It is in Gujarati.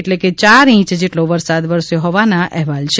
એટલે કે યાર ઇંચ જેટલો વરસાદ વરસ્યો હોવાના અહેવાલો છે